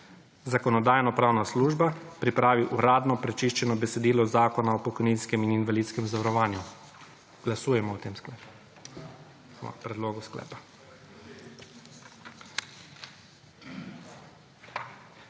»Zakonodajno-pravna služba pripravi uradno prečiščeno besedilo Zakona o pokojninskem in invalidskem zavarovanju.« Glasujemo o tem predlogu